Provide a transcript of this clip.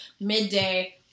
midday